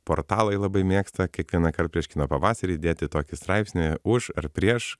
portalai labai mėgsta kiekvienąkart prieš kino pavasarį įdėti tokį straipsnį už ar prieš